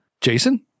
Jason